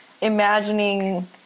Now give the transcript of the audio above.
imagining